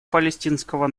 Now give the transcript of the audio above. палестинского